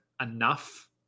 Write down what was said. enough